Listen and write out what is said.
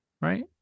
right